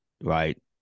right